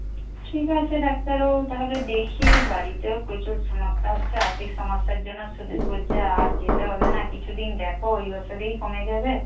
ঠিক আছে ডাক্তারবাবু তাহলে দেখি বাড়িতেও প্রচুর সমস্যা হচ্ছে আর্থিক সমস্যার জন্য সুরজ বলছে আর যেতে হবে না কিছুদিন দেখো এই ওষুধেই কমে যাবে